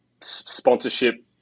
sponsorship